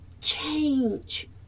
change